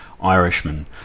irishman